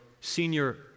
senior